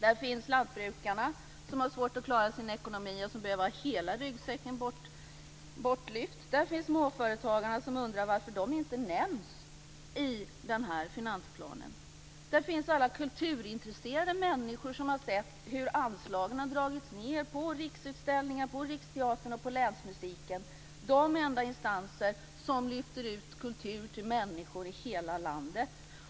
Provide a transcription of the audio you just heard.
Där finns lantbrukarna som har svårt att klara sin ekonomi och som skulle behöva få hela ryggsäcken bortlyft. Där finns småföretagarna som undrar varför de inte nämns i finansplanen. Där finns alla kulturintresserade människor som har sett hur anslagen har dragits ned på Riksutställningar, på Riksteatern och på Länsmusiken - de enda instanser som för ut kultur till människor i hela landet.